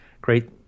great